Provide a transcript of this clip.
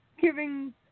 Giving